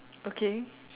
okay